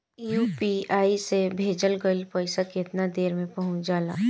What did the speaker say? UPI से भेजल गईल पईसा कितना देर में पहुंच जाला?